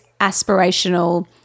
aspirational